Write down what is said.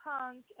Punk